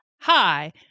Hi